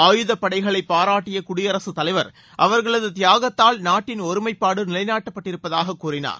ஆபுதப் படைகளை பாராட்டிய குடியரசுத் தலைவர் அவர்களது தியாகத்தால் நாட்டின் ஒருமைப்பாடு நிலைநாட்டப்பட்டிருப்பதாக கூறினார்